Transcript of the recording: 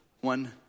one